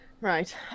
right